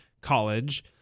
college